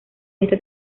esta